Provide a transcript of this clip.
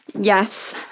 Yes